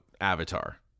Avatar